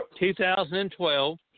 2012